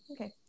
Okay